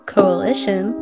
Coalition